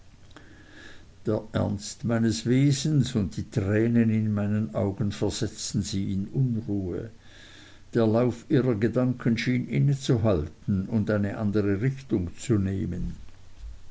ernst meines wesens und die tränen in meinen augen versetzten sie in unruhe der lauf ihrer gedanken schien innezuhalten und eine andere richtung zu nehmen